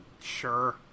Sure